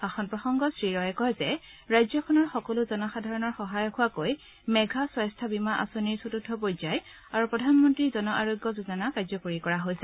ভাষণ প্ৰসংগত শ্ৰী ৰয়ে কয় যে ৰাজ্যখনৰ সকলো জনসাধাৰণৰ সহায়ক হোৱাকৈ মেঘা স্বাস্থ্য বীমা আঁচনিৰ চতূৰ্থ পৰ্যায় আৰু প্ৰধানমন্ত্ৰী জন আৰোগ্য যোজনা কাৰ্যকৰী কৰা হৈছে